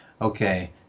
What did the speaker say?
okay